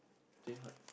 same what